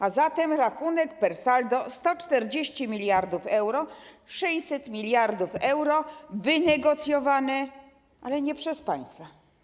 A zatem rachunek per saldo: 140 mld euro, 600 mld euro wynegocjowane, ale nie przez państwa.